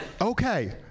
Okay